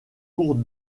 cours